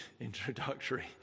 introductory